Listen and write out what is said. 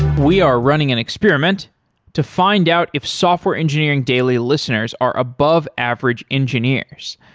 we are running an experiment to find out if software engineering daily listeners are above average engineers.